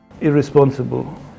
irresponsible